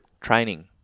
Training